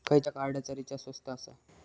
खयच्या कार्डचा रिचार्ज स्वस्त आसा?